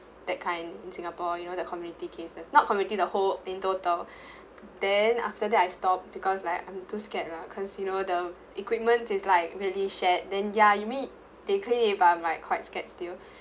that kind in singapore you know the community cases not community the whole in total then after that I stoped because like I'm too scared lah because you know the equipment is like really shared then ya you mean they clean it but I'm like quite scared still